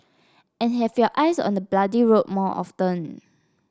and have your eyes on the bloody road more often